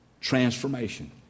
transformation